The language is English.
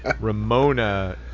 Ramona